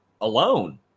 alone